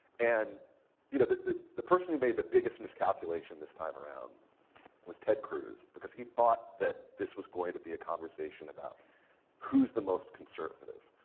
and you know the the person who made the biggest miscalculation this time around was ted cruz. because he thought that this was going to be a conversation about who's the most conservative?